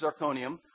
zirconium